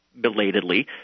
belatedly